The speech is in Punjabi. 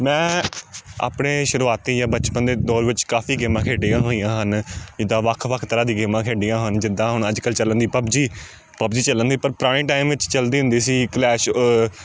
ਮੈਂ ਆਪਣੇ ਸ਼ੁਰੂਆਤੀ ਜਾਂ ਬਚਪਨ ਦੇ ਦੌਰ ਵਿੱਚ ਕਾਫੀ ਗੇਮਾਂ ਖੇਡੀਆਂ ਹੋਈਆਂ ਹਨ ਜਿੱਦਾਂ ਵੱਖ ਵੱਖ ਤਰ੍ਹਾਂ ਦੀਆਂ ਗੇਮਾਂ ਖੇਡੀਆਂ ਹਨ ਜਿੱਦਾਂ ਹੁਣ ਅੱਜ ਕੱਲ੍ਹ ਚੱਲਣ ਦੀ ਪੱਬਜੀ ਪੱਬਜੀ ਚੱਲਣ ਦੀ ਪਰ ਪੁਰਾਣੇ ਟਾਈਮ ਵਿੱਚ ਚੱਲਦੀ ਹੁੰਦੀ ਸੀ ਕਲੈਸ਼